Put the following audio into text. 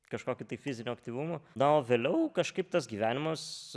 kažkokiu tai fiziniu aktyvumu na o vėliau kažkaip tas gyvenimas